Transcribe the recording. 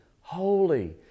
holy